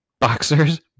Boxers